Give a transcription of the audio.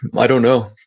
i don't know.